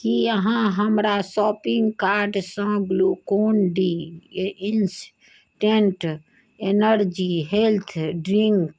की अहाँ हमरा शॉपिंग कार्डसँ Glucon D instant energy health drink